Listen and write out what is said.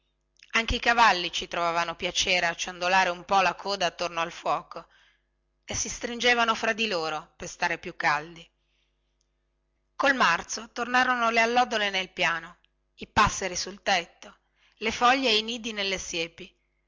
anche i cavalli ci trovavano piacere a ciondolare un po la coda attorno al fuoco e si stringevano gli uni agli altri per star più caldi col marzo tornarono le allodole nel piano i passeri sul tetto le foglie e i nidi nelle siepi